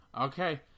okay